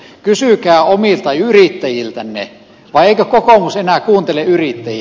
kysykää omilta yrittäjiltänne vai eikö kokoomus enää kuuntele yrittäjiä